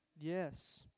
Yes